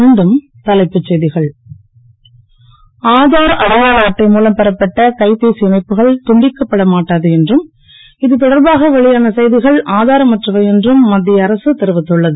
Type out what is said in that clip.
மீண்டும் தலைப்புச் செ கள் ஆதார் அடையாள அட்டை மூலம் பெறப்பட்ட கைப்பேசி இணைப்புகள் துண்டிக்கப்பட மாட்டாது என்றும் இதுதொடர்பாக வெளியான செ கள் ஆதாரமற்றவை என்றும் மத் ய அரசு தெரிவித்துள்ளது